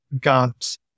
God's